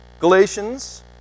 Galatians